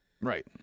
Right